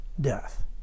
death